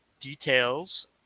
details